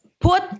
put